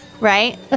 Right